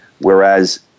whereas